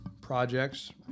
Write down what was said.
projects